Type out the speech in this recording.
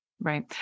right